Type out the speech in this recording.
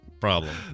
problem